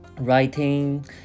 Writing